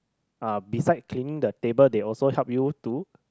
uh beside cleaning the table they also help you to